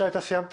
שי, אתה סיימת?